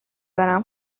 برم